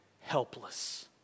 helpless